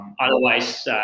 Otherwise